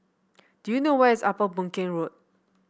do you know where is Upper Boon Keng Road